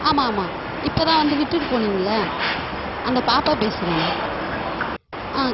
ஆமாமாம் இப்போ தான் வந்து விட்டுட்டு போனிங்ளே அந்த பாப்பா பேசுகிறண்ணா ஆ